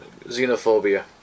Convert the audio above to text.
xenophobia